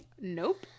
Nope